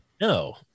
no